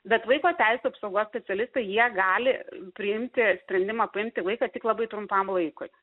bet vaiko teisių apsaugos specialistai jie gali priimti sprendimą paimti vaiką tik labai trumpam laikui